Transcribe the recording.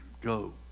Go